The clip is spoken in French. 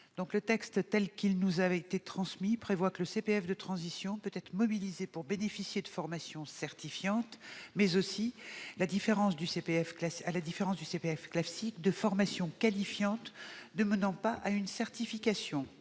Le texte qui nous a été transmis prévoit que le CPF de transition professionnelle peut être mobilisé pour bénéficier de formations certifiantes, mais aussi, à la différence du CPF classique, de formations qualifiantes ne menant pas à une certification.